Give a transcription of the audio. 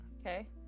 okay